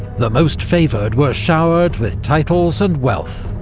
the most favoured were showered with titles and wealth.